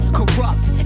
corrupt